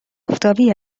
آفتابی